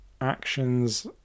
actions